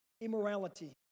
immorality